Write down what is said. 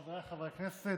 חבריי חברי הכנסת,